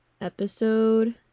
episode